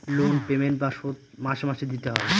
loan payment বা শোধ মাসে মাসে দিতে হয়